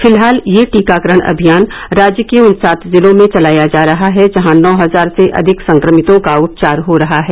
फिलहाल यह टीकाकरण अभियान राज्य के उन सात जिलों में चलाया जा रहा है जहां नौ हजार से अधिक संक्रमितों का उपचार हो रहा है